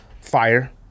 Fire